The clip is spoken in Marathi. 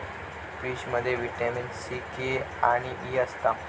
पीचमध्ये विटामीन सी, के आणि ई असता